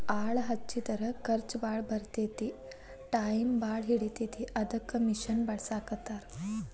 ಆಳ ಹಚ್ಚಿದರ ಖರ್ಚ ಬಾಳ ಬರತತಿ ಟಾಯಮು ಬಾಳ ಹಿಡಿತತಿ ಅದಕ್ಕ ಮಿಷನ್ ಬಳಸಾಕತ್ತಾರ